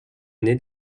année